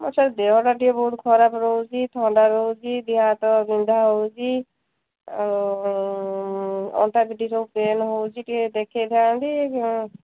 ହଁ ସାର୍ ଦେହଟା ଟିକେ ବହୁତ ଖରାପ ରହୁଛି ଥଣ୍ଡା ରହୁଚି ଦିହହାତ ବିନ୍ଧା ହେଉଛି ଆଉ ଅଣ୍ଟାପିଠି ସବୁ ପେନ୍ ହେଉଛି ଟିକେ ଦେଖେଇଥାନ୍ତି